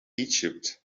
egypt